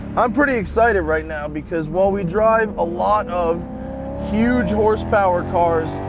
i'm pretty excited right now because while we drive lot of huge horsepower cars,